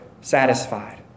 satisfied